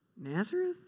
Nazareth